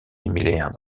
similaires